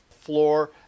floor